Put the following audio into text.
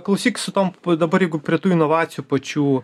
klausyk su tom dabar jeigu prie tų inovacijų pačių